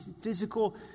physical